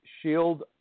shield